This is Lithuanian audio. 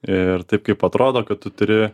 ir taip kaip atrodo kad tu turi